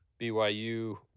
BYU